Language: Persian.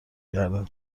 کردن